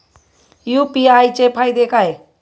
UPI चे फायदे काय?